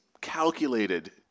calculated